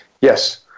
Yes